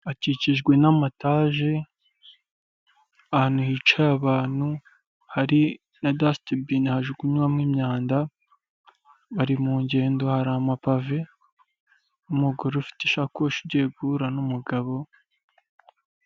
Akikijwe n'amatage ahantu hica abantu hari na dasitabini bajugunyamo imyanda bari mu ngendo, hari amapave umugore ufite isakoshi ugiye guhura n'umugabo.